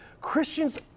Christians